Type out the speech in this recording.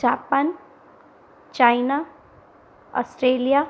Japan China Australia